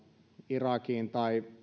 irakiin tai